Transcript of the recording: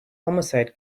homicide